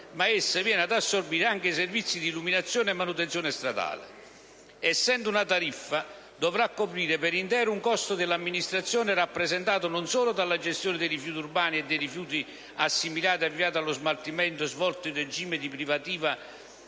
ma essa viene ad assorbire anche i servizi di illuminazione e manutenzione stradale. Essendo una tariffa, dovrà coprire per intero un costo dell'amministrazione rappresentato non solo dalla gestione dei rifiuti urbani e dei rifiuti assimilati avviati allo smaltimento svolto in regime di privativa